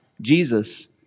Jesus